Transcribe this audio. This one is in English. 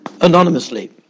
anonymously